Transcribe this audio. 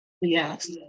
Yes